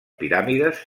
piràmides